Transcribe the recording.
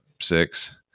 six